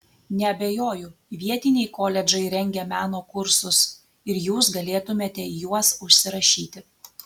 neabejoju vietiniai koledžai rengia meno kursus ir jūs galėtumėte į juos užsirašyti